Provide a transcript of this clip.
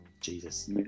Jesus